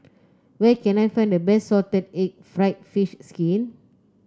where can I find the best Salted Egg fried fish skin